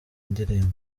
ndirimbo